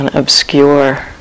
obscure